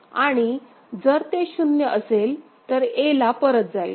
आणि जर ते शून्य असेल तर a ला परत जाईल